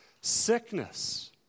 sickness